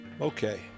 Okay